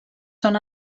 són